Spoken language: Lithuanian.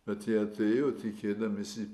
bet jie atėjo tikėdamiesi